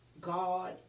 God